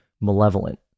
malevolent